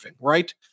Right